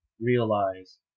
realize